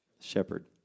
Shepherd